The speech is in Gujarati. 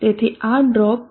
તેથી આ ડ્રોપ 0